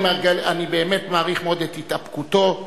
אני באמת מעריך מאוד את התאפקותו,